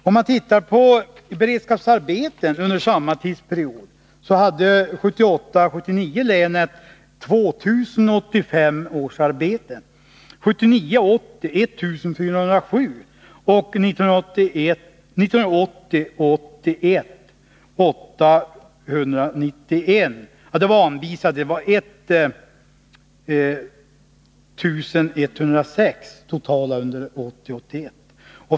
Om man ser på beredskapsarbeten under samma tidsperiod, finner man att länet 1978 80 hade man 1 407, och 1980/81 var det totalt 1106.